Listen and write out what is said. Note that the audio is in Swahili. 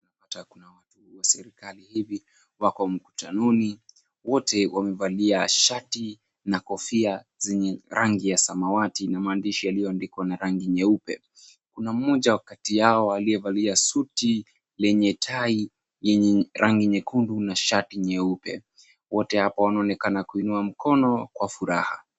Tunakuta watu wa serikali hivi wako mkutanoni. Wote wamevalia shati na kofia zenye rangi ya samawati na maandishi yaliyoandikwa na rangi nyeupe. Kuna mmoja kati yao aliyevalia suti lenye tai yenye ni rangi nyekundu na shati nyeupe. Wote hapo wanaonekana kuinua mikono kwa furaha.